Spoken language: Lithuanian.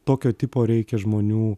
tokio tipo reikia žmonių